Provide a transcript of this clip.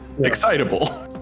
Excitable